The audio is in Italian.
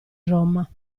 roma